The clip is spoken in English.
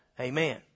Amen